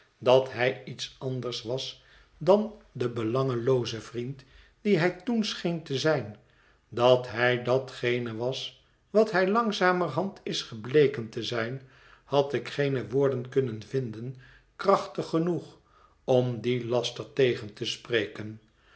dat hij iets anders was dan de belangelooze vriend die hij toen scheen te zijn dat hij datgene was wat hij langzamerhand is gebleken te zijn had ik geene woorden kunnen vinden krachtig genoeg om dien laster tegen te spreken